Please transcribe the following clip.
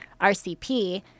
RCP